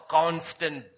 constant